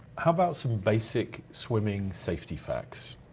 how about some basic swimming safety facts?